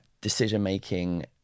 decision-making